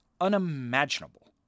unimaginable